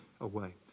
away